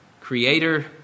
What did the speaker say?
creator